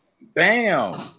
Bam